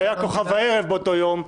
שהיה כוכב הערב באותו יום,